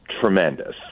tremendous